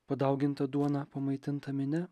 padauginta duona pamaitinta minia